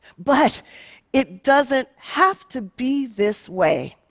but it doesn't have to be this way.